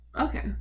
Okay